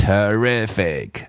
Terrific